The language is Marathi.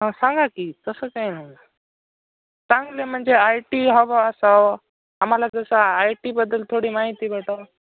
ह सांगा की तसं काय चांगले म्हणजे आय टी हवं असं आम्हाला जसं आय टीबद्दल थोडी माहिती भेटावं